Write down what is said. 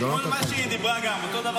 כל מה שהיא דיברה גם, אותו דבר.